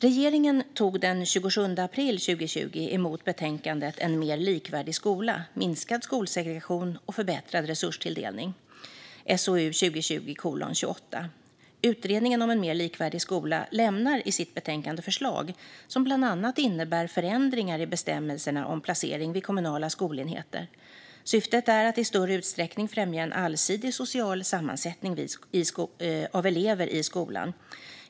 Regeringen tog den 27 april 2020 emot betänkandet En mer likvärdig skola - minskad skolsegregation och förbättrad resurstilldelning . Utredningen om en mer likvärdig skola lämnar i sitt betänkande förslag som bland annat innebär förändringar i bestämmelserna om placering vid kommunala skolenheter. Syftet är att i större utsträckning främja en allsidig social sammansättning av elever i skolan.